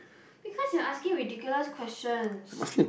because you're asking ridiculous questions